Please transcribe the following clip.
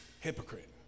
hypocrite